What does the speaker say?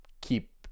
keep